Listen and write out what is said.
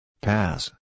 Pass